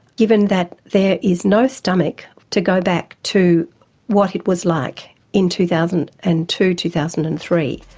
given that there is no stomach to go back to what it was like in two thousand and two, two thousand and three.